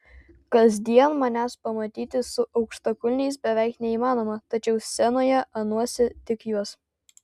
kasdien manęs pamatyti su aukštakulniais beveik neįmanoma tačiau scenoje aunuosi tik juos